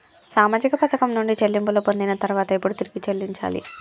సామాజిక పథకం నుండి చెల్లింపులు పొందిన తర్వాత ఎప్పుడు తిరిగి చెల్లించాలి?